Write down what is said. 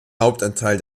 hauptanteil